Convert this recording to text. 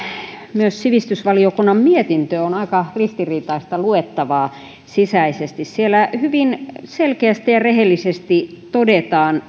myös sivistysvaliokunnan mietintö on aika ristiriitaista luettavaa sisäisesti siellä hyvin selkeästi ja rehellisesti todetaan